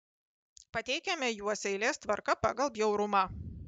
pateikiame juos eilės tvarka pagal bjaurumą